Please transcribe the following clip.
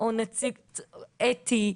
או נציג אתי,